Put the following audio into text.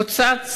בבקשה,